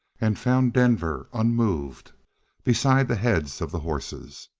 and found denver unmoved beside the heads of the horses.